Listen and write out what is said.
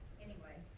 anyway.